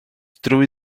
drwy